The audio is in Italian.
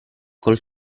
col